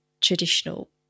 traditional